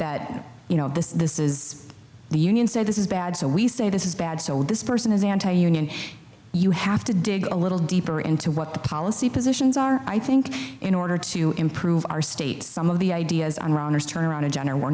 that you know this is this is the union say this is bad so we say this is bad so this person is anti union you have to dig a little deeper into what the policy positions are i think in order to improve our state some of the ideas on runners turn around in general